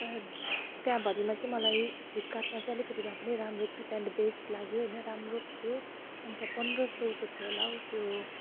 तर त्यहाँभरिमा चाहिँ मलाई फ्लिपकार्टमा चाहिँ अलिकति भए पनि राम्रो थियो एन्ड बेस्ट लाग्यो होइन राम्रो थियो अन्त पन्ध्र सयको थियो होला हौ त्यो